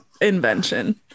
invention